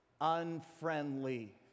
unfriendly